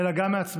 אלא גם מעצמנו,